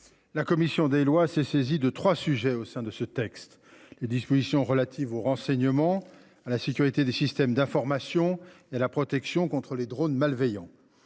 La commission des Lois s'est saisi de trois sujets au sein de ce texte les dispositions relatives aux renseignements à la sécurité des systèmes d'information et la protection contre les drone malveillants.